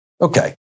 Okay